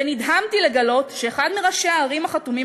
ונדהמתי לגלות שאחד מראשי הערים החתומים